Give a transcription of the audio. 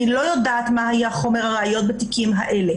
אני לא יודעת מה היה חומר הראיות בתיקים האלה.